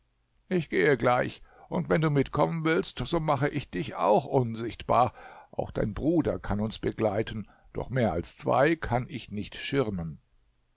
ich gehe gleich und wenn du mitkommen willst so mache ich dich auch unsichtbar auch dein bruder kann uns begleiten doch mehr als zwei kann ich nicht schirmen